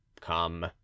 Come